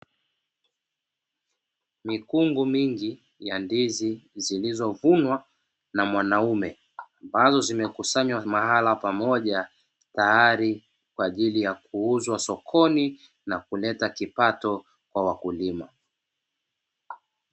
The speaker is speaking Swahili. Mikungu mingi ya Ndizi zilizovunwa na mwanaume ambazo zimekusanywa mahala pamoja, tayari kwa ajili kuuzwa sokoni na kuleta kipato kwa wakulima.